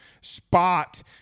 spot